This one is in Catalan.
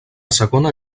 segona